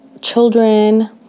children